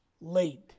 late